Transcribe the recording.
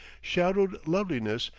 shadowed loveliness,